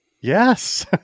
Yes